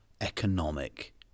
economic